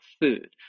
food